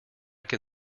can